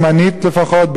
זמנית לפחות,